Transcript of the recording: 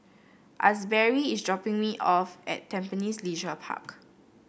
Asberry is dropping me off at Tampines Leisure Park